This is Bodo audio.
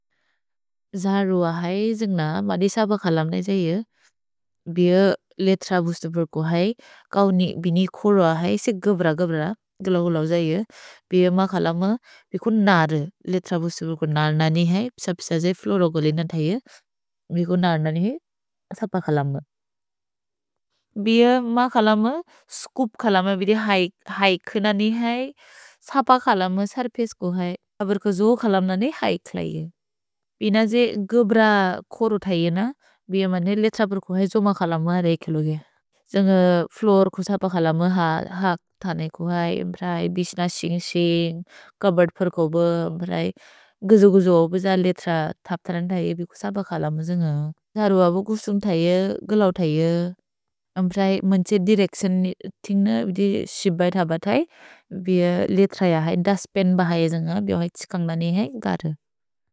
जहरुअ है, जिन्ग्न बदि सभ खलम्नेइ त्सेइये, बिअ लेत्र बुस्तपुर् को है, कौनि, बिनि खोरुअ है, से गब्र-गब्र, ग्लोगोलौ त्सेइये, बिअ म खलम्नेइ, बिको नर्, लेत्र बुस्तपुर् को नर् ननि है, सब्से त्सेइये, फ्लोरोगोलिन त्सेइये, बिको नर् ननि है, सभ खलम्नेइ। भिअ म खलम्नेइ, स्कुप् खलम्नेइ, बिदे हैक् ननि है, सभ खलम्नेइ, सर्पेस् को है, सबर् कजुअ खलम्नेइ हैक् त्लेइये। भिन जे गब्र-खोरु त्सेइये न, बिअ मनि लेत्र बुस्तपुर् को है, जो म खलम्नेइ रैकिलुगे। जिन्ग फ्लोर् को सभ खलम्नेइ हाक् तनेइ को है, म्प्रए बिश्न सिन्ग्-सिन्ग्, कबद् फर्को ब, म्प्रए गुजो-गुजो ब ज लेत्र थप्थरन् त्सेइये, बिको सभ खलम्नेइ जिन्ग। जहरुअ ब गुसुन्ग् त्सेइये, गोलौ त्सेइये, म्प्रए मन्छे दिरेक्स्योन् तिन्ग्न बिदे शिब्बैथ ब त्सेइये, बिअ लेत्र य है, दस् पेन् ब है जिन्ग, बिअ है त्सिकन्ग्लनि है, गत।